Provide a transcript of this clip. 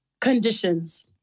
conditions